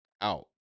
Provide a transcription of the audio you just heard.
out